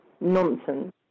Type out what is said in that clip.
nonsense